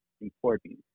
Important